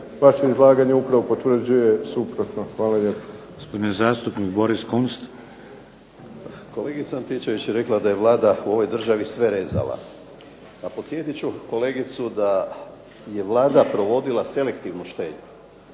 vaše izlaganje upravo potvrđuje suprotno. Hvala lijepo. **Šeks, Vladimir (HDZ)** Gospodin zastupnik Boris Kunst. **Kunst, Boris (HDZ)** Kolegica Antičević je rekla da je Vlada u ovoj državi sve rezala. Pa podsjetit ću kolegicu da je Vlada provodila selektivnu štednju